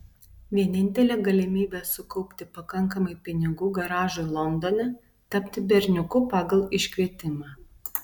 vienintelė galimybė sukaupti pakankamai pinigų garažui londone tapti berniuku pagal iškvietimą